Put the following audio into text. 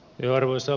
euroissa